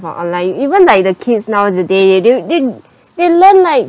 while online even like the kids nowadays they they do they they learn like